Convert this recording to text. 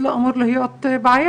הם אומרים שהם חוזרים מהר מאוד לפעילות